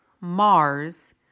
Mars